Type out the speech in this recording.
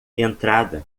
entrada